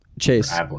Chase